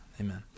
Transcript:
Amen